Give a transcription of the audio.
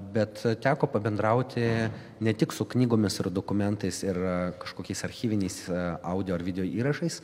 bet teko pabendrauti ne tik su knygomis ir dokumentais ir kažkokiais archyviniais audio ar videoįrašais